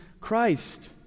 Christ